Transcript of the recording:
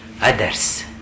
others